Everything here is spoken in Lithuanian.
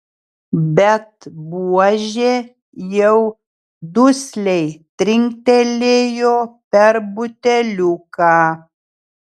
bet buožė jau dusliai trinktelėjo per buteliuką